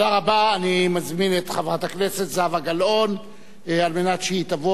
אני מזמין את חברת הכנסת זהבה גלאון על מנת שהיא תבוא ותנמק את